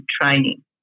training